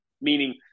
meaning